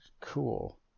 cool